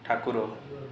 ଠାକୁର